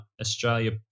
Australia